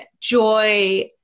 joy